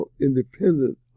independent